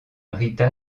rita